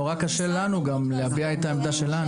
נורא קשה לנו גם להביע את העמדה שלנו.